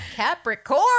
Capricorn